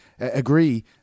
agree